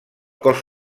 cos